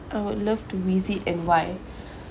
I would love to visit and why